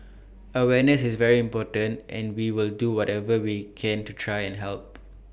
awareness is very important and we will do whatever we can to try and help